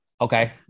Okay